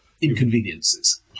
inconveniences